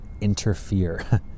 interfere